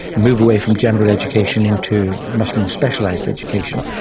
move away from general education into much more specialised education,